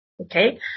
Okay